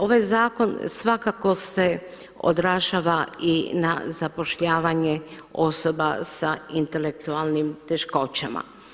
Ovaj zakon svakako se održava i na zapošljavanje osoba sa intelektualnim teškoćama.